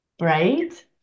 right